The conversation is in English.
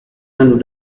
and